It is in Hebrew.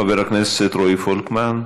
חבר הכנסת רועי פולקמן,